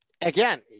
again